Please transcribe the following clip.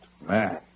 man